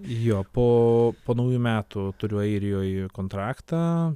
jo po po naujų metų turiu airijoj kontraktą